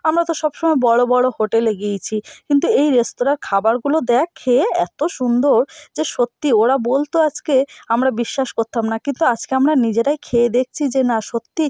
আমরা তো সব সময় বড় বড় হোটেলে গিয়েছি কিন্তু এই রেস্তোরাঁর খাবারগুলো দ্যাখ খেয়ে এত্ত সুন্দর যে সত্যি ওরা বলতো আসতে আমরা বিশ্বাস করতাম না কিন্তু আজকে আমরা নিজেরাই খেয়ে দেখছি যে না সত্যি